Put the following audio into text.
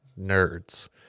nerds